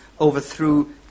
overthrew